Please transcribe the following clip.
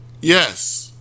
Yes